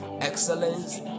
excellence